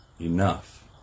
enough